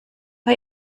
bei